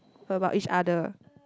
about each other